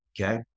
Okay